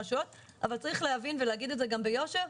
אני כבר מגיע לכמה פתרונות אבל הנתונים חשובים.